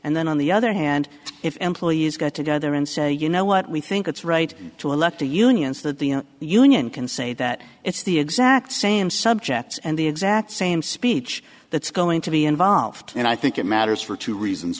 and then on the other hand if employees get together and say you know what we think it's right to elect the unions that the union can say that it's the exact same subjects and the exact same speech that's going to be involved and i think it matters for two reasons